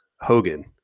Hogan